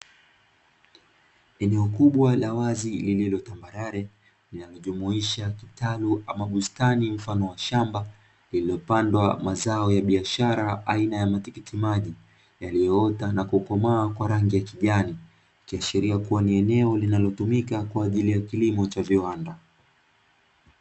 Eneo kubwa la wazi lililo tambarare, linajumuisha kitalu ama bustani mfano wa shamba, lililopandwa mazao ya biashara aina ya matikiti maji. Yaliyoota na kukomaa kwa rangi ya kijani, ikiashiria kuwa ni eneo linalotumika kwa ajili ya kilimo cha viwanda.